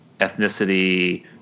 ethnicity